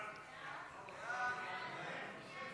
ההצעה